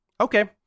Okay